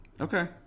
Okay